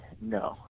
No